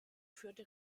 führte